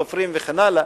סופרים וכן הלאה.